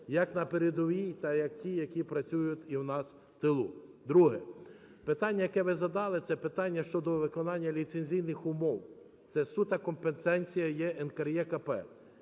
хто на передовій, так і тих, хто працює у нас в тилу. Друге, питання, яке ви задали, - це питання щодо виконання ліцензійних умов. Це суто компетенція є НКРЕКП.